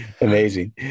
Amazing